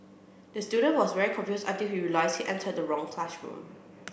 the student was very confused until he realised he entered the wrong classroom